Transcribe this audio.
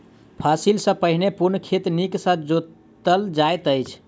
फसिल सॅ पहिने पूर्ण खेत नीक सॅ जोतल जाइत अछि